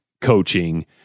coaching